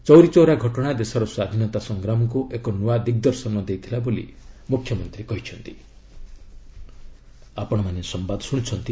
ଚୌରୀ ଚୌରା ଘଟଣା ଦେଶର ସ୍ୱାଧୀନତା ସଂଗ୍ରାମକୁ ଏକ ନୂଆ ଦିଗ୍ଦର୍ଶନ ଦେଇଥିଲା ବୋଲି ମୁଖ୍ୟମନ୍ତ୍ରୀ କହିଚ୍ଚନ୍ତି